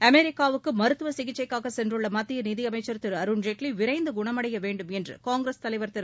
அமெரிக்காவுக்கு மருத்துவ சிகிச்சைக்காக சென்றுள்ள மத்திய நிதியமைச்சர் திரு அருண்ஜேட்லி விரைந்து குணமடைய வேண்டுமென்று காங்கிரஸ் தலைவர் திரு